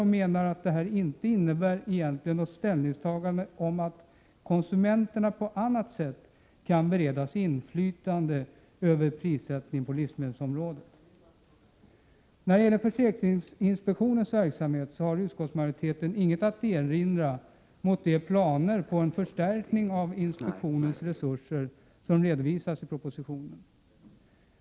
Man menar att detta inte innebär något ställningstagande till huruvida konsumenterna på annat sätt bör 61 När det gäller försäkringsinspektionens verksamhet har utskottsmajoriteten inget att erinra mot de planer på en förstärkning av inspektionens resurser som redovisas i propositionen.